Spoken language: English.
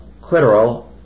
clitoral